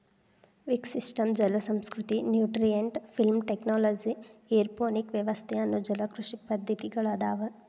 wick system ಜಲಸಂಸ್ಕೃತಿ, nutrient film technology, aeroponic ವ್ಯವಸ್ಥೆ ಅನ್ನೋ ಜಲಕೃಷಿ ಪದ್ದತಿಗಳದಾವು